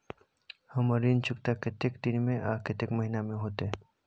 हमर ऋण चुकता कतेक दिन में आ कतेक महीना में होतै?